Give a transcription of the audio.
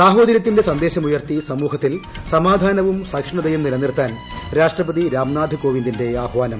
സാഹോദരൃത്തിന്റെ സന്ദേശം ഉയർത്തി സമൂഹത്തിൽ സമാധാനവും സഹിഷ്ണുതയും നിലനിർത്താൻ രാഷ്ട്രപതി രാംനാഥ് കോവിന്ദിന്റെ ആഹ്വാനം